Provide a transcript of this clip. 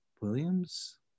Williams